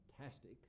fantastic